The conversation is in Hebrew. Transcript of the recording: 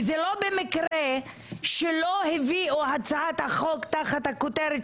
וזה לא במקרה שלא הביאו הצעת חוק תחת הכותרת